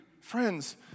friends